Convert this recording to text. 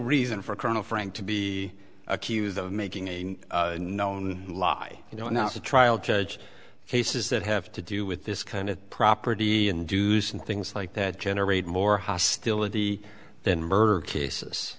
reason for colonel frank to be accused of making a known lie you know not a trial judge cases that have to do with this kind of property and use and things like that generate more hostility than